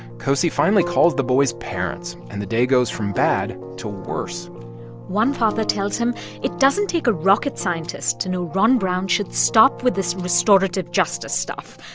cosey finally calls the boys' parents, and the day goes from bad to worse one father tells him it doesn't take a rocket scientist to know ron brown should stop with this restorative justice stuff.